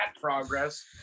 progress